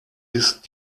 ist